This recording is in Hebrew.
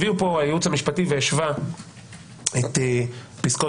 הביא פה הייעוץ המשפטי והשווה את פסקות